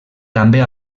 també